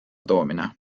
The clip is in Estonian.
toomine